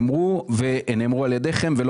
שנאמרו בהבטחות הבחירות של הליכוד ולא